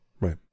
Right